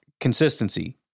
consistency